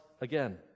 again